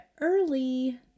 early